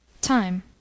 Time